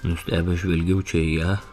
nustebęs žvelgiau čia į ją